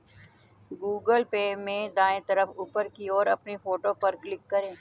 Google Pay में दाएं तरफ ऊपर की ओर अपनी फोटो पर क्लिक करें